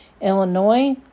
Illinois